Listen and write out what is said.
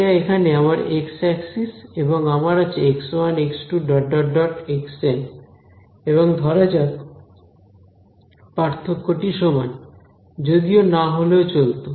এটা এখানে আমার এক্স অ্যাক্সিস এবং আমার আছে x1 x2 xn এবং ধরা যাক পার্থক্যটি সমান যদিও না হলেও চলত